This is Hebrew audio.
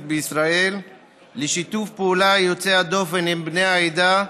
בישראל ולשיתוף הפעולה יוצא הדופן עם בני העדה,